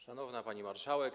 Szanowna Pani Marszałek!